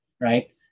right